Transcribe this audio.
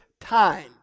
time